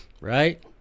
right